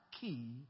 key